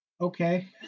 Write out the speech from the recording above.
Okay